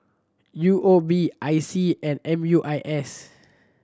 U O B I C and M U I S